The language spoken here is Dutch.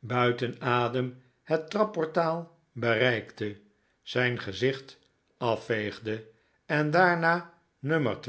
buiten adem het trapportaal bereikte zijn gezicht afveegde en daarna no